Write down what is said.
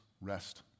rest